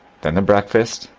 then the breakfast,